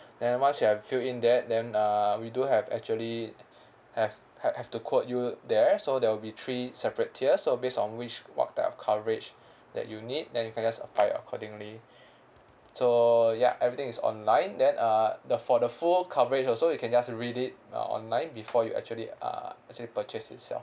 then once you have filled in that then uh we do have actually have have have to quote you there so there'll be three separate tiers so based on which what type of coverage that you need then you can just apply accordingly so ya everything is online then uh the for the full coverage also you can just read it uh online before you actually uh actually purchase itself